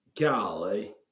golly